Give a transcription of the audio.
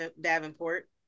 Davenport